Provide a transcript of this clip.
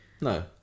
No